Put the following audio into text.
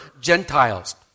Gentiles